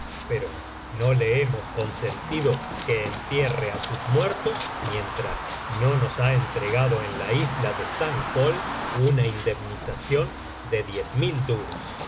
pero no le hemos consentido que entierre á sus muertos mientras no nos ha entregado en la isla de san colme una indemnización de diez mil duros dun